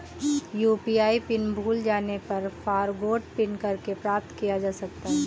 UPI pin भूल जाने पर फ़ॉरगोट पिन करके प्राप्त किया जा सकता है